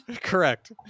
Correct